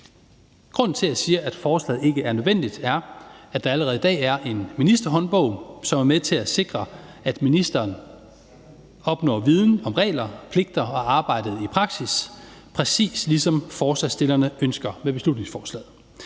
Grunden til, at jeg siger, at forslaget ikke er nødvendigt, er, at der allerede i dag er en ministerhåndbog, som er med til at sikre, at ministeren opnår viden om regler, pligter og arbejdet i praksis – præcis ligesom forslagsstillerne ønsker det med beslutningsforslaget.